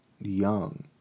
young